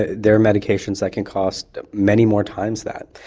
ah there are medications that can cost many more times that,